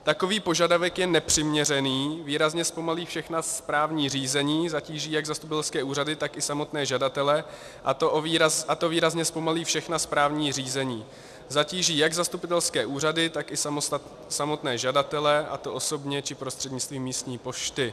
Takový požadavek je nepřiměřený, výrazně zpomalí všechna správní řízení, zatíží jak zastupitelské úřady, tak i samotné žadatele, a to výrazně zpomalí všechna správní řízení, zatíží jak zastupitelské úřady, tak i samotné žadatele, a to osobně či prostřednictvím místní pošty.